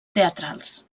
teatrals